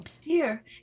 Dear